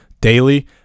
daily